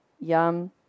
yum